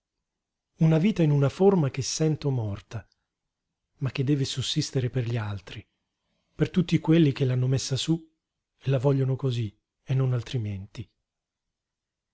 una vita in una forma che sento morta ma che deve sussistere per gli altri per tutti quelli che l'hanno messa sú e la vogliono cosí e non altrimenti